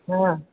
हॅं